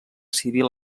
civil